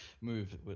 move